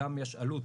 גם יש עלות